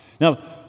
Now